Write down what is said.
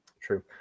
True